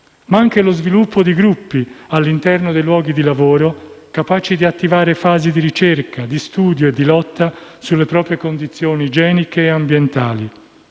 ma anche lo sviluppo di gruppi all'interno dei luoghi di lavoro capaci di attivare fasi di ricerca, di studio e di lotta sulle proprie condizioni igieniche e ambientali;